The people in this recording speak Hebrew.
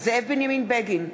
זאב בנימין בגין,